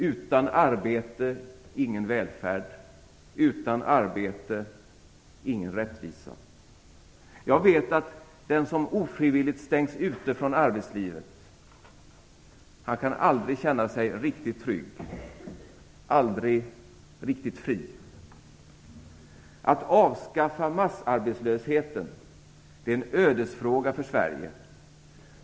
Utan arbete ingen välfärd, utan arbete ingen rättvisa. Jag vet att den som ofrivilligt stängs ute från arbetslivet aldrig kan känna sig riktigt trygg, aldrig riktigt fri. Att avskaffa massarbetslösheten är en ödesfråga för Sverige.